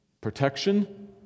protection